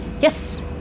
Yes